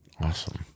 Awesome